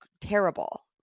terrible